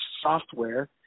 software